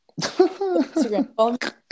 Instagram